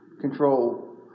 control